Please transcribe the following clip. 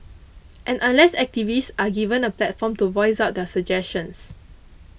and unless activists are given a platform to voice out their suggestions